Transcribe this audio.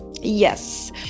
Yes